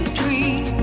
dream